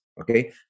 okay